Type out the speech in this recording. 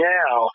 now